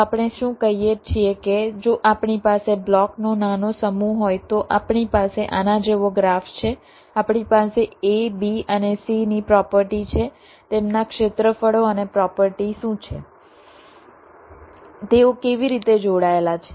તો આપણે શું કહીએ છીએ કે જો આપણી પાસે બ્લોકનો નાનો સમૂહ હોય તો આપણી પાસે આના જેવો ગ્રાફ છે આપણી પાસે a b અને c ની પ્રોપર્ટી છે તેમના ક્ષેત્રફળો અને પ્રોપર્ટી શું છે તેઓ કેવી રીતે જોડાયેલા છે